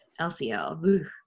LCL